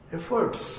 Efforts